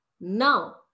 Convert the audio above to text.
Now